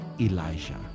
Elijah